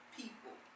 people